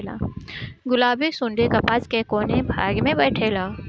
गुलाबी सुंडी कपास के कौने भाग में बैठे ला?